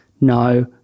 no